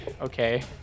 Okay